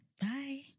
Bye